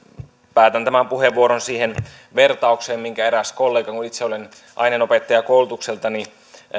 päätän tämän puheenvuoron siihen vertaukseen minkä eräs kollega kun itse olen aineenopettaja koulutukseltani